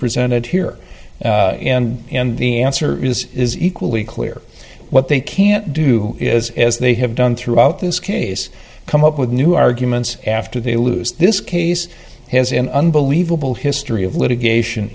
presented here and the answer is is equally clear what they can't do is as they have done throughout this case come up with new arguments after they lose this case has in unbelievable history of litigation